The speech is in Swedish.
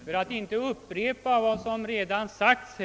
Herr talman! Jag skall bara kortfattat anföra några synpunkter i denna fråga för att inte upprepa vad som redan har sagts.